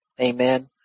Amen